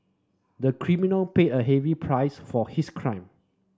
the criminal paid a heavy price for his crime